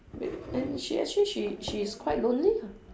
and she actually she she's quite lonely